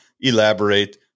elaborate